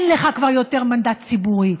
אין לך כבר יותר מנדט ציבורי,